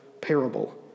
parable